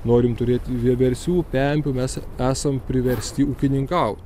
norim turėt vieversių pempių mes esam priversti ūkininkaut